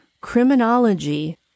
criminology